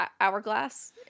hourglass